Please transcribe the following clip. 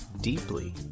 deeply